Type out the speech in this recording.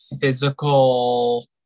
physical